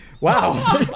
Wow